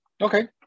Okay